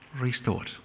restored